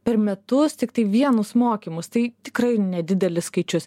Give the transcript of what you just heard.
per metus tiktai vienus mokymus tai tikrai nedidelis skaičius